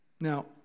Now